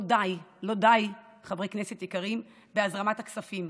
לא די, לא די, חברי כנסת יקרים, בהזרמת הכספים,